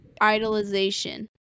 idolization